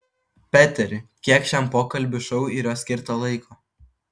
peteri kiek šiam pokalbių šou yra skirta laiko